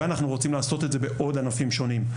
ואנחנו רוצים לעשות את זה בעוד ענפים שונים,